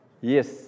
Yes